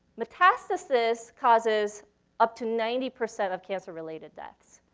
metastasis causes up to ninety percent of cancer-related deaths.